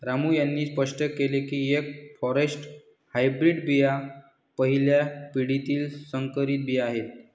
रामू यांनी स्पष्ट केले की एफ फॉरेस्ट हायब्रीड बिया पहिल्या पिढीतील संकरित बिया आहेत